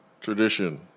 Tradition